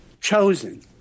chosen